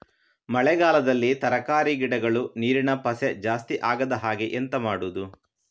ಮಳೆಗಾಲದಲ್ಲಿ ತರಕಾರಿ ಗಿಡಗಳು ನೀರಿನ ಪಸೆ ಜಾಸ್ತಿ ಆಗದಹಾಗೆ ಎಂತ ಮಾಡುದು?